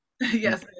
yes